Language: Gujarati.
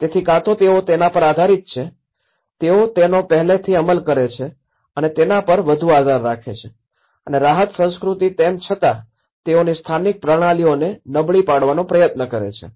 તેથી કાં તો તેઓ તેના પર આધારીત છે તેઓ તેનો પહેલાથી અમલ કરે છે અને તેના પર વધુ આધાર રાખે છે અને રાહત સંસ્કૃતિ તેમ છતાં તેઓની સ્થાનિક પ્રણાલીઓને નબળી પાડવાનો પ્રયત્ન કરે છે